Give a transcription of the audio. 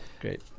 Great